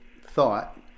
thought